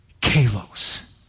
Kalos